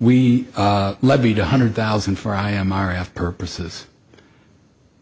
we leveed a hundred thousand for i am our after persists